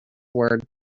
word